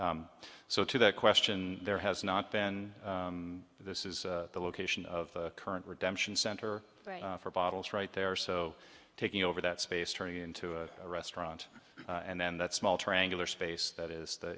you so to that question there has not been and this is the location of current redemption center for bottles right there so taking over that space turning into a restaurant and then that small triangular space that is the